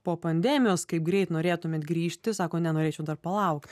po pandemijos kaip greit norėtumėt grįžti sako nenorėčiau dar palaukti